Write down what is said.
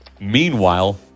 meanwhile